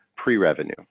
pre-revenue